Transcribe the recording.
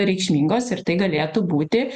reikšmingos ir tai galėtų būti